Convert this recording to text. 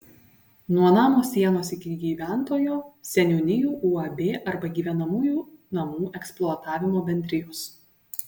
nuo namo sienos iki gyventojo seniūnijų uab arba gyvenamųjų namų eksploatavimo bendrijos